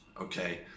okay